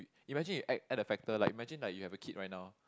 imagine we add add a factor like imagine like you have a kid right now